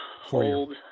hold